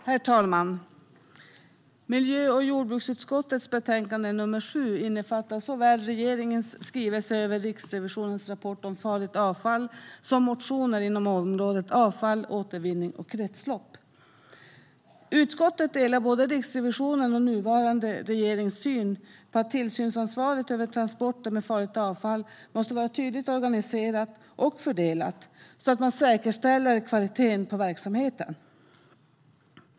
Riksrevisionens rapport om tillsyn över transporter av farligt avfall m.m. Herr talman! Miljö och jordbruksutskottets betänkande 7 innefattar såväl regeringens skrivelse över Riksrevisionens rapport om farligt avfall som motioner inom området avfall, återvinning och kretslopp. Utskottet delar både Riksrevisionens och nuvarande regerings syn på att tillsynsansvaret över transporter med farligt avfall måste vara tydligt organiserat och fördelat så att man säkerställer kvaliteten på verksamheten.